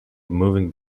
moving